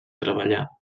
treballar